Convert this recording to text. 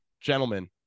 Gentlemen